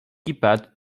keypad